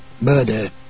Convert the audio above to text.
murder